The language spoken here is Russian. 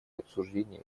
обсуждении